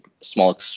small